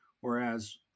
Whereas